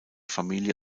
familie